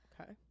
okay